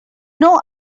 know